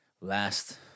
last